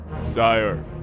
Sire